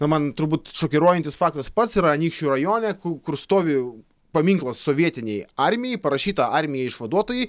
na man turbūt šokiruojantis faktas pats yra anykščių rajone kur kur stovi paminklas sovietinei armijai parašyta armijai išvaduotojai